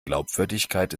glaubwürdigkeit